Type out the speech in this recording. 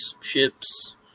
ships